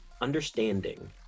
understanding